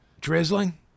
Drizzling